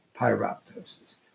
Pyroptosis